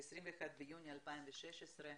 ב-21 ביוני 2016,